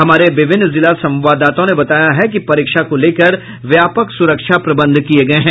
हमारे विभिन्न जिला संवाददाताओं ने बताया है कि परीक्षा को लेकर व्यापक सुरक्षा प्रबंध किये गये हैं